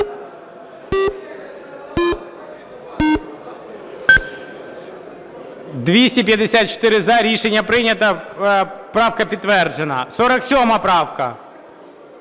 За-254 Рішення прийнято. Правка підтверджена. 47 правка.